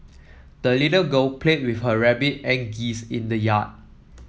the little girl played with her rabbit and geese in the yard